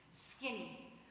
skinny